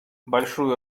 большую